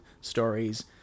stories